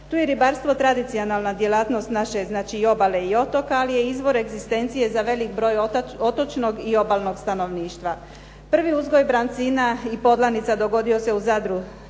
tu je ribarstvo tradicionalna djelatnost naše znači i obale i otoka, ali je izvor egzistencije za velik broj otočnog i obalnog stanovništva. Prvi uzgoj brancina i podlanica dogodio se u Zadru